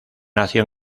nació